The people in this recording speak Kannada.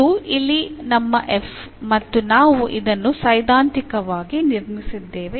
ಇದು ಇಲ್ಲಿ ನಮ್ಮ f ಮತ್ತು ನಾವು ಇದನ್ನು ಸೈದ್ಧಾಂತಿಕವಾಗಿ ನಿರ್ಮಿಸಿದ್ದೇವೆ